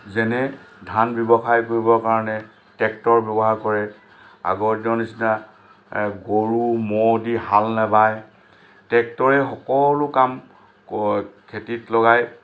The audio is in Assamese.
যেনে ধান ব্যৱসায় কৰিবৰ কাৰণে ট্ৰেক্টৰ ব্যৱহাৰ কৰে আগৰ দিনৰ দিনৰ নিচিনা গৰু ম'হ দি হাল নেবায় ট্ৰেক্টৰে সকলো কাম খেতিত লগায়